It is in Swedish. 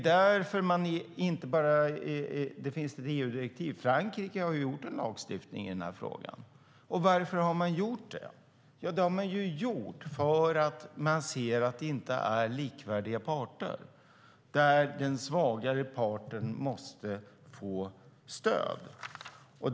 Därför finns det inte bara ett EU-direktiv, utan Frankrike har lagstiftat i denna fråga. Varför har de gjort det? Jo, för att de ser att det inte är likvärdiga parter och att den svagare parten måste få stöd.